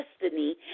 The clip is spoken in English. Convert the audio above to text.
destiny